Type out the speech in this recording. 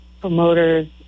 promoters